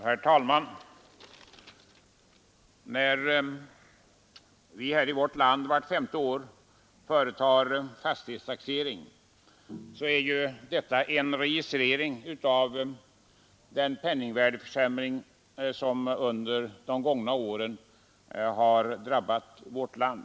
Herr talman! När vi här i vårt land vart femte år företar fastighetstaxering är detta en registrering av den penningvärdeförsämring som under de gångna åren har drabbat vårt land.